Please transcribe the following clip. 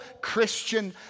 Christian